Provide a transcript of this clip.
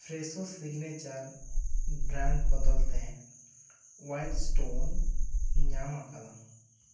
Fresho signature brand ᱵᱚᱫᱚᱞᱛᱮ Wild Stone ᱧᱟᱢᱟᱠᱟᱫᱟ